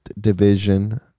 division